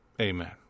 amen